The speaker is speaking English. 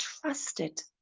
trusted